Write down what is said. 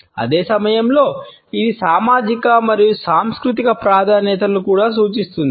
అదే సమయంలో ఇది సామాజిక మరియు సాంస్కృతిక ప్రాధాన్యతలను కూడా సూచిస్తుంది